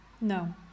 No